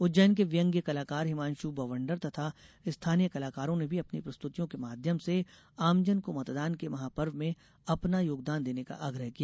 उज्जैन के व्यंग्य कलाकार हिमांशु बवंडर तथा स्थानीय कलाकारों ने भी अपनी प्रस्तुतियों के माध्यम से आमजन को मतदान के महापर्व में अपना योगदान देने का आग्रह किया